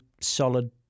solid